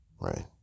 Right